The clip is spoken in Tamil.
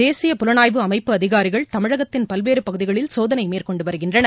தேசிய புலனாய்வு அமைப்பு அதிகாரிகள் தமிழகத்தின் பல்வேறு பகுதிகளில் சோதனை மேற்கொண்டு வருகின்றனர்